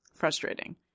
frustrating